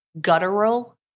guttural